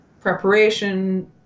preparation